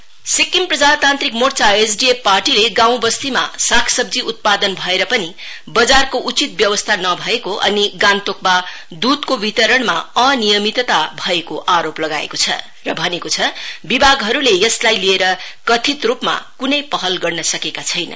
SDF Sikkim प्रजातान्त्रिक मोर्चा SDF पार्टीले गाऊँबस्तीमा सागसब्जी उत्पादन भएर पनि बजारको उचित व्यवस्था नभएको अनि गान्तोकमा दुधको वितरणमा अनियमितता भएको आरोप लगाएको छ र भनेको छ विभागहरूले यसलाई लिएर कथित रूपमा कुनै पहल गर्न सकेको छैन